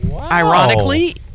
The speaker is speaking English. ironically